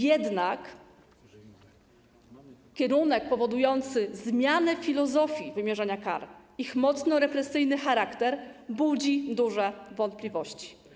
Jednak kierunek powodujący zmianę filozofii wymierzania kar - chodzi o ich mocno represyjny charakter - budzi duże wątpliwości.